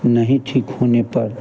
नहीं ठीक होने पर